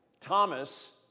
Thomas